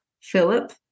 Philip